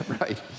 right